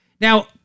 Now